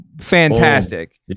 fantastic